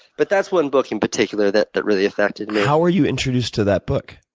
but that's one book in particular that that really affected me. how were you introduced to that book?